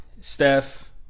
Steph